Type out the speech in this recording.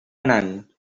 anant